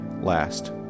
last